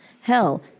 Hell